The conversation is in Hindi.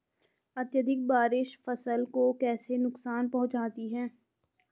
अत्यधिक बारिश फसल को कैसे नुकसान पहुंचाती है?